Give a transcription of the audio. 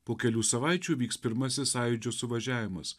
po kelių savaičių vyks pirmasis sąjūdžio suvažiavimas